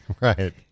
right